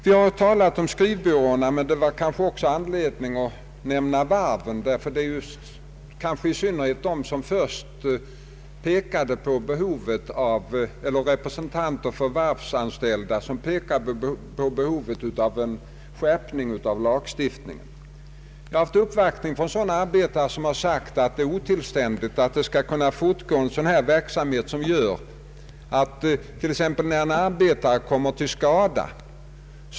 Vi har talat om skrivbyråerna, men det finns kanske även anledning att nämna varven, eftersom det var representanter för varvsanställda som först pekade på behovet av en skärpning i lagstiftningen. Jag har uppvaktats av arbetare som har funnit det otillständigt att en verksamhet skall kunna få fortgå som medför svårigheter att klara ut ansvarsfördelningen om en arbetare kommer till skada.